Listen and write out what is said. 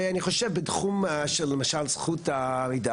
ואני חושב בתחום של למשל זכות המידע,